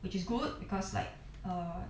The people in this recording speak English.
which is good because like err